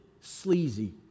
sleazy